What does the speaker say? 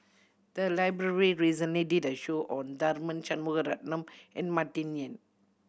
the library recently did a show on Tharman Shanmugaratnam and Martin Yan